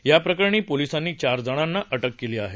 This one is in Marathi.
या प्रकरणी पोलिसांनी चार जणांना अटक केली आहे